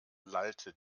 lallte